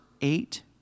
eight